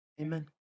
amen